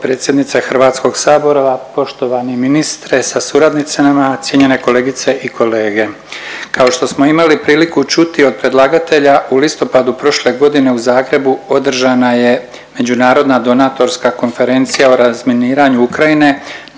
potpredsjednice Hrvatskog sabora. Poštovani ministre sa suradnicama, cijenjene kolegice i kolege. Kao što smo imali priliku čuti od predlagatelja u listopadu prošle godine u Zagrebu održana je Međunarodna donatorska konferencija o razminiranju Ukrajine na